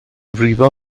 frifo